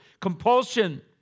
compulsion